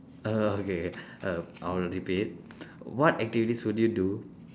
err okay err I'll repeat what activities would you do